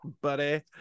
buddy